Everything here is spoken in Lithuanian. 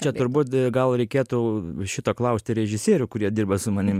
čia turbūt gal reikėtų šito klausti režisierių kurie dirba su manim